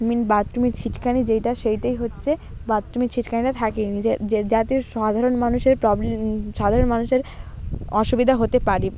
main বাথরুমের ছিটকানি যেইটা সেইটাই হচ্ছে বাথরুমের ছিটকানিটা থাকেই নি যাতে সাধারণ মানুষের প্রবলেম সাধারণ মানুষের অসুবিধা হতে পারে